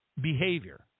behavior